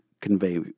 convey